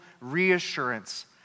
reassurance